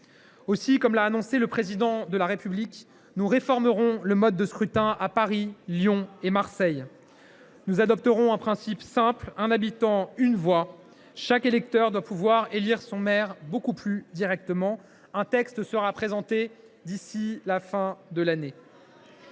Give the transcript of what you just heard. Aussi, comme l’a annoncé le Président de la République, nous réformerons le mode de scrutin à Paris, Lyon et Marseille, en adoptant un principe simple :« Un habitant, une voix. » Chaque électeur doit pouvoir élire son maire beaucoup plus directement. Un texte sera présenté d’ici à la fin de l’année.